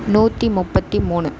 நூற்றி முப்பத்தி மூணு